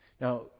Now